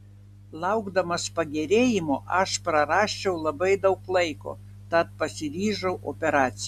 laukdamas pagerėjimo aš prarasčiau labai daug laiko tad pasiryžau operacijai